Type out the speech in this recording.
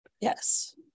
Yes